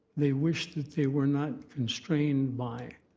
they wish that they were not constrained by